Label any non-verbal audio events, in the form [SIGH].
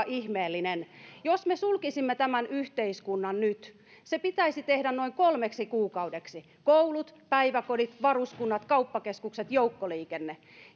[UNINTELLIGIBLE] ihmeellinen jos me sulkisimme tämän yhteiskunnan nyt se pitäisi tehdä noin kolmeksi kuukaudeksi koulut päiväkodit varuskunnat kauppakeskukset joukkoliikenne